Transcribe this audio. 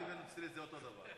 ערבי ונוצרי זה אותו הדבר.